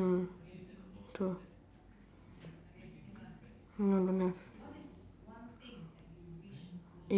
mm true சொல்லு